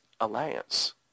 alliance